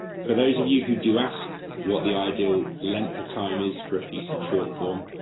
for those of you who do ask what the ideal length of time is for a piece of short form,